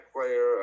player